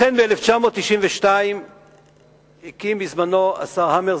לכן ב-1992 הקים בזמנו השר המר,